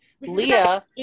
Leah